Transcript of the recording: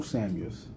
Samuels